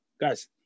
Guys